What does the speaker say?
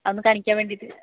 അതൊന്ന് കാണിക്കാൻ വേണ്ടീട്ട്